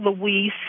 Louise